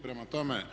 Prema tome